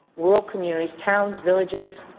rural communities, towns, villages,